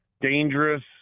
dangerous